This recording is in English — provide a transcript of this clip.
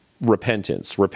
repentance